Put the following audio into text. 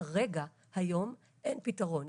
כרגע, היום, אין פיתרון.